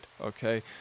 okay